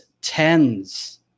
tens